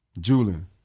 Julian